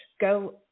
Go